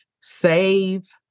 save